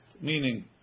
Meaning